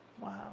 Wow